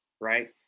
right